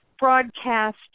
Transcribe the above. broadcast